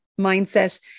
mindset